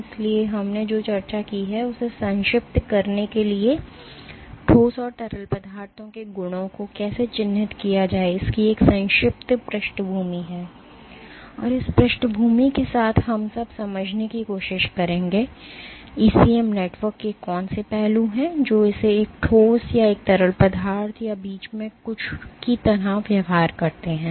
इसलिए हमने जो चर्चा की है उसे संक्षिप्त करने के लिए ठोस और तरल पदार्थों के गुणों को कैसे चिह्नित किया जाए इसकी एक संक्षिप्त पृष्ठभूमि है और उस पृष्ठभूमि के साथ हम अब समझने की कोशिश करेंगे ईसीएम नेटवर्क के कौन से पहलू हैं जो इसे एक ठोस या एक तरल पदार्थ या बीच में कुछ की तरह व्यवहार करते हैं